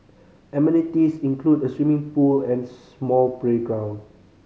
amenities include a swimming pool and small playground